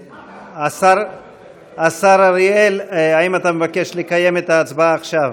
השר אריאל, האם אתה מבקש לקיים את ההצבעה עכשיו?